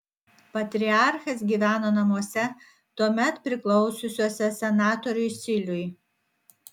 patriarchas gyveno namuose tuomet priklausiusiuose senatoriui siliui